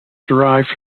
derived